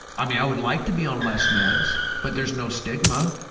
i mean, i would like to be on less meds, but there's no stigma.